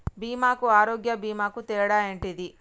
బీమా కు ఆరోగ్య బీమా కు తేడా ఏంటిది?